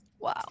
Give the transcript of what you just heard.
Wow